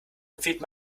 empfiehlt